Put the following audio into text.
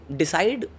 decide